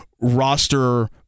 roster